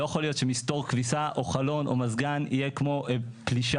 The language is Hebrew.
לא יכול להיות שמסתור כביסה או חלון או מזגן יהיה כמו פלישה.